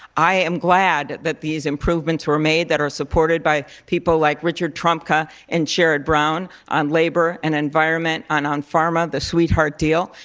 i am glad that these improvements were made that are supported by people like richard trumka and sherrod brown on labor and environment and on pharma, the sweetheart deal,